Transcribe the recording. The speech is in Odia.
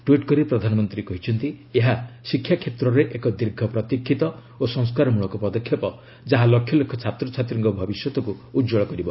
ଟ୍ପିଟ୍ କରି ପ୍ରଧାନମନ୍ତ୍ରୀ କହିଛନ୍ତି ଏହା ଶିକ୍ଷାକ୍ଷେତ୍ରରେ ଏକ ଦୀର୍ଘ ପ୍ରତୀକ୍ଷିତ ଓ ସଂସ୍କାରମୂଳକ ପଦକ୍ଷେପ ଯାହା ଲକ୍ଷଲକ୍ଷ ଛାତ୍ରଛାତ୍ରୀଙ୍କ ଭବିଷ୍ୟତକୁ ଉଜ୍ୱଳ କରିବ